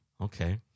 Okay